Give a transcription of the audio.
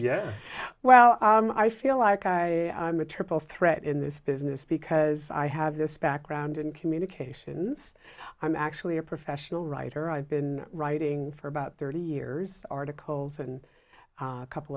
yeah well i feel like i triple threat in this business because i have this background in communications i'm actually a professional writer i've been writing for about thirty years articles and a couple